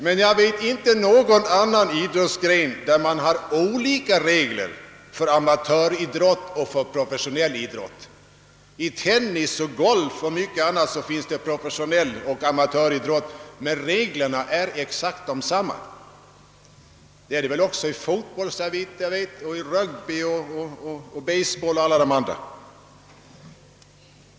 Men jag vet inte någon annan idrottsgren där man har olika regler för amatöridrott och professionell idrott. I tennis, golf och många andra grenar finns det både professionell idrott och amatöridrott, men reglerna är desamma. Så är det väl också i fotboll, rugby, baseball och andra grenar.